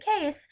case